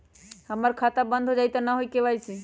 हमर खाता बंद होजाई न हुई त के.वाई.सी?